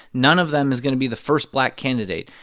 none of them is going to be the first black candidate.